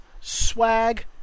swag